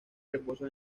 reposan